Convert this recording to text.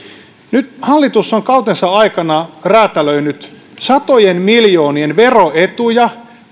nyt hallitus on kautensa aikana räätälöinyt omille etupiireilleen satojen miljoonien veroetuja